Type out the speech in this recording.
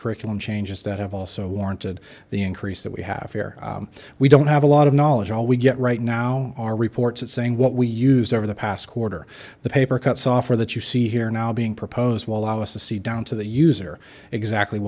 curriculum changes that have also warranted the increase that we have here we don't have a lot of knowledge all we get right now are reports that saying what we used over the past quarter the paper cut software that you see here now being proposed will allow us to see down to the user exactly